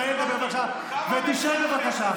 תן לי לדבר, בבקשה, ותשב, בבקשה.